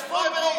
יש פריימריז?